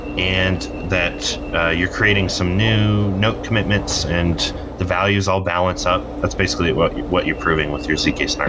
and that you're creating some new note commitments and the value is all balanced up. that's basically what you're what you're proving with your zk-snark